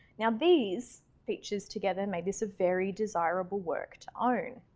now these features together made this a very desirable work to um own.